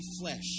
flesh